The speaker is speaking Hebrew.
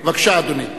בבקשה, אדוני.